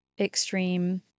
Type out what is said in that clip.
extreme